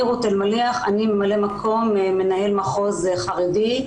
אני רות אלמליח, אני ממלאת מקום מנהל מחוז חרדי.